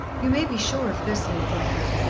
you may be sure of this, lord rufford,